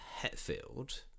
Hetfield